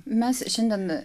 mes šiandien